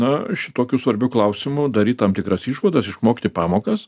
na šitokiu svarbiu klausimu daryt tam tikras išvadas išmokti pamokas